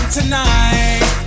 tonight